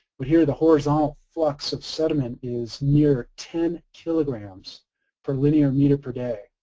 but here the horizontal flux of sediment is near ten kilograms per linear meter per day.